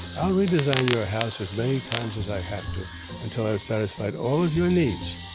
i'll redesign your house as many times as i have to until i've satisfied all of your needs.